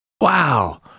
Wow